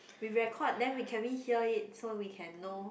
we record then we can we hear it so we can know